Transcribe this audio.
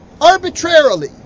Arbitrarily